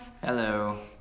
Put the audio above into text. Hello